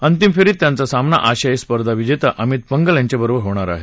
अंतिम फेरीत त्यांचा सामना आशियाई स्पर्धा विजेता अमित पंघल यांच्याबरोबर आज होणार आहे